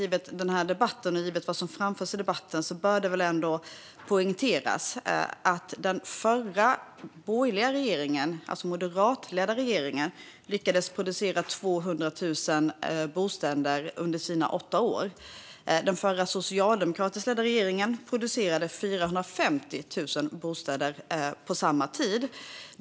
Givet vad som framförs i debatten bör det väl ändå poängteras att den förra borgerliga regeringen, alltså den moderatledda regeringen, lyckades producera 200 000 bostäder under sina åtta år, medan den förra socialdemokratiska regeringen producerade 450 000 bostäder på lika lång tid.